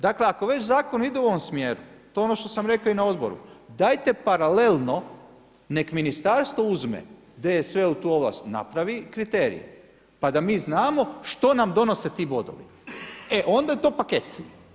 Dakle, ako već zakon ide u ovom smjeru, to je ono što sam rekao i na odboru, dajte paralelno, nek ministarstvo uzme, DSV u tu ovlast napravi kriterije pa da mi znamo što nam donose ti bodovi, e onda je to paket.